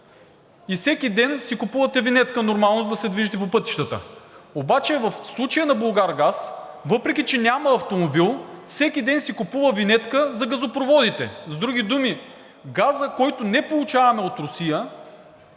и всеки ден си купувате винетка нормално, за да се движите по пътищата, обаче в случая на „Булгаргаз“, въпреки че няма автомобил, всеки ден си купува винетка за газопроводите, с други думи – газа, който не получаваме от Русия